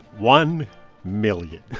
one million